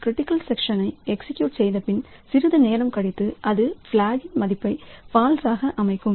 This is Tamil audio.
கிரிட்டிக்கல் செக்ஷனை எக்ஸிகியூட் செய்த பின் சிறிது நேரம் கழித்து அது பிளாக் மதிப்பை ஃபால்ஸ் அமைக்கும்